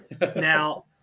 Now